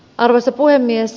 arvoisa puhemies